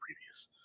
previous